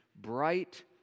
bright